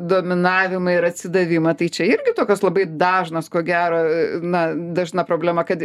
dominavimą ir atsidavimą tai čia irgi tokios labai dažnos ko gero na dažna problema kad